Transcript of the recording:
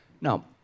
Now